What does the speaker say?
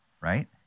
right